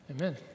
Amen